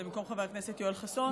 במקום חבר הכנסת יואל חסון.